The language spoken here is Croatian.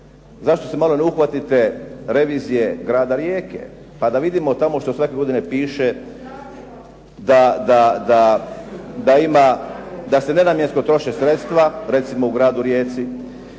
zašto se malo ne uhvatite revizije grada Rijeke, pa da vidimo tamo što svake godine piše da ima, da se …/Govornik se ne razumije./… troše sredstva recimo u gradu Rijeci,